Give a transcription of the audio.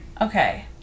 Okay